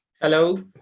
Hello